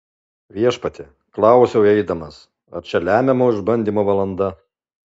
viešpatie klausiau eidamas ar čia lemiamo išbandymo valanda